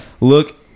look